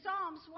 Psalms